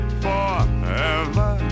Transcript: forever